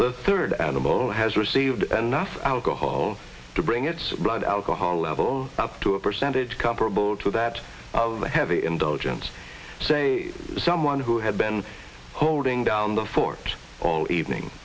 the third edible has received and nothing alcohol to bring its blood alcohol level up to a percentage comparable to that of a heavy indulgence say someone who had been holding down the fort all evening